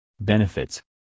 Benefits